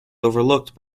overlooked